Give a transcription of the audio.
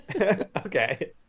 Okay